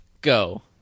go